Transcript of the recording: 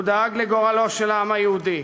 הוא דאג לגורלו של העם היהודי,